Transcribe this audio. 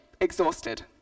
exhausted